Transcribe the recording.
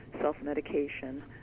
self-medication